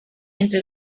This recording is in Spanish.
entre